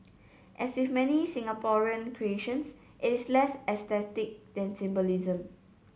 as with many Singaporean creations it is less aesthetic than symbolism